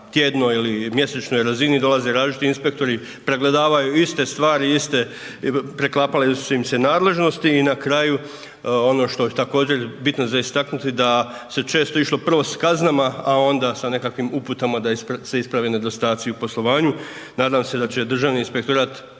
tjednoj ili mjesečnoj razini dolaze različiti inspektori, pregledavaju iste stvari, iste, preklapale su im se nadležnosti i na kraju ono što je također, bitno za istaknuti da se često išlo prvo s kaznama, a onda s nekakvim uputama da se isprave nedostaci u poslovanju. Nadam se da će Državni inspektorat